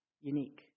unique